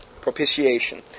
Propitiation